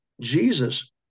Jesus